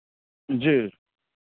जी